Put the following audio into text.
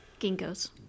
Ginkgo's